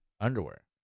underwear